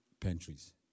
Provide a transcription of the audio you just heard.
pantries